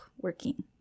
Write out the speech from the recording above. working